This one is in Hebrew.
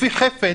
לפי חפץ,